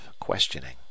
questioning